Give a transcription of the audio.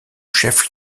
chef